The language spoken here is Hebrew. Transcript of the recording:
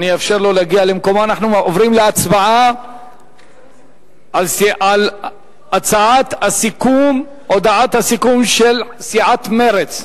אנחנו עוברים להצבעה על הודעת הסיכום של סיעת מרצ.